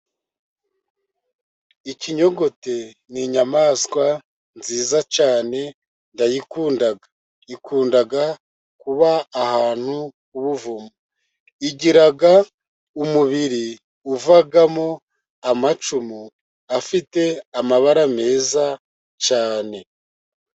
Ikinyogote ni inyamaswa nziza cyane ndayikunda, ikunda kuba ahantu h' ubuvumo, igira umubiri uvagamo amacumu afite amabara meza cyane.